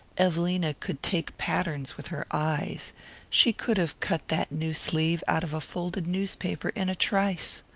evelina could take patterns with her eyes she could have cut that new sleeve out of a folded newspaper in a trice!